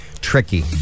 tricky